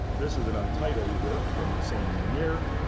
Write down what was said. this is an untitled work from the same year.